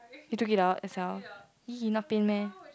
you took it out yourself !ee! then not pain meh